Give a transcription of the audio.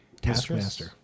taskmaster